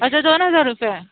अच्छा दोन हजार रुपये